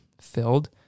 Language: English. filled